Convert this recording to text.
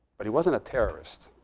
but he wasn't a terrorist.